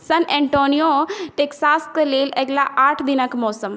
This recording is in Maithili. सैन एन्टोनिओ टेक्सासके लेल अगिला आठ दिनके मौसम